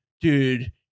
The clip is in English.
dude